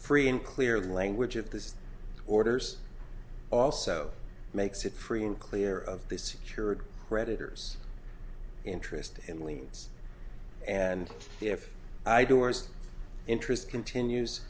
free in clear language of the orders also makes it free and clear of the secured creditors interest in leeds and if i do or interest continues